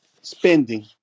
spending